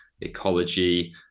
ecology